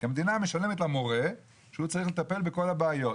המדינה משלמת למורה, שהוא צריך לטפל בכל הבעיות.